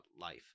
life